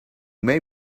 may